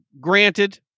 granted